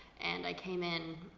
and i came in.